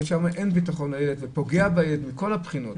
ששם אין ביטחון לילד וזה פוגע בילד מכל הבחינות.